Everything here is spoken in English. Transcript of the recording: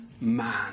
man